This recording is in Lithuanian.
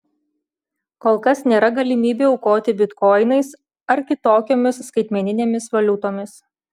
kol kas nėra galimybių aukoti bitkoinais ar kitokiomis skaitmeninėmis valiutomis